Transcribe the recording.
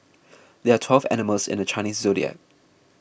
there are twelve animals in the Chinese zodiac